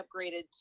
upgraded